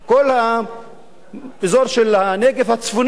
כל האזור של הנגב הצפוני.